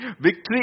Victory